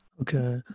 okay